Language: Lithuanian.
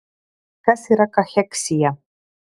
kas yra kacheksija